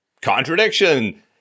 contradiction